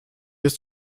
ist